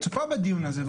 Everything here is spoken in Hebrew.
צופה בדיון הזה,